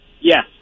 Yes